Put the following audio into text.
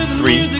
three